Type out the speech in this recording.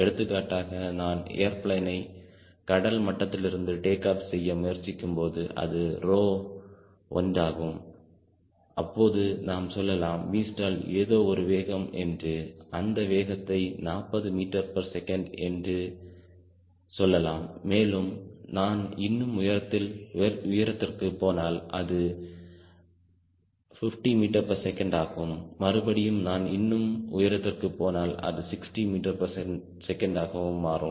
எடுத்துக்காட்டாக நான் ஏர்பிளேனை கடல் மட்டத்திலிருந்து டேக் ஆப் செய்ய முயற்சிக்கும்போது அது ரோ ஒன்றாகும் அப்போது நாம் சொல்லலாம் Vstall ஏதோ ஒரு வேகம் என்று அந்த வேகத்தை 40 ms என்று சொல்லலாம் மேலும் நான் இன்னும் உயரத்திற்கு போனால் அது 50 ms ஆகும் மறுபடியும் நான் இன்னும் உயரத்திற்கு போனால் அது 60 ms ஆகவும் மாறும்